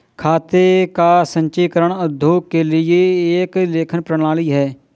खाते का संचीकरण उद्योगों के लिए एक लेखन प्रणाली है